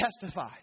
testify